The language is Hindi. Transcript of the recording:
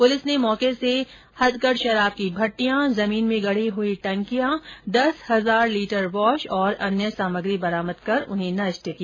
पुलिस ने मौके से हथकढ शराब की भट्टियां जमीन में गडी हुई टंकियां दस हजार लीटर वॉश और अन्य सामग्री बरामद कर उन्हें नष्ट किया